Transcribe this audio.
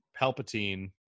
Palpatine